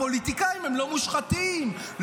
הפוליטיקאים הם לא מושחתים,